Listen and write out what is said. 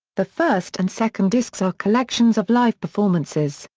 the first and second discs are collections of live performances,